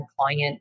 client